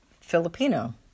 Filipino